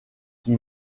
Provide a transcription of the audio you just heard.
qui